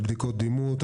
על בדיקות דימות,